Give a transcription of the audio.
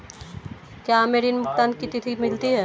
क्या हमें ऋण भुगतान की तिथि मिलती है?